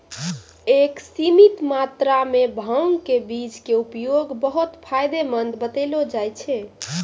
एक सीमित मात्रा मॅ भांग के बीज के उपयोग बहु्त फायदेमंद बतैलो जाय छै